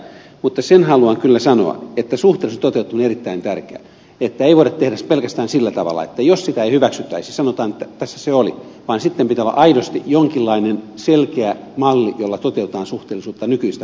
mutta sen haluan kyllä sanoa että suhteellisuuden toteutuminen on erittäin tärkeää että ei voida tehdä pelkästään sillä tavalla että jos tätä esitystä ei hyväksyttäisi sanotaan että tässä se oli vaan sitten pitää olla aidosti jonkinlainen selkeä malli jolla toteutetaan suhteellisuutta nykyistä paremmin